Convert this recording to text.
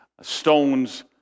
stones